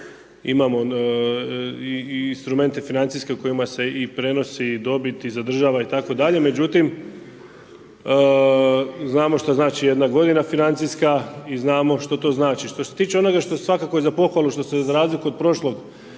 imamo i instrumente financijske, u kojima se i prenosi dobit i zadržava itd. međutim, znamo što znači jedna godina financijska i znamo što to znači. Što se tiče onoga što svakako je za pohvalu, što se za razliku od prošlog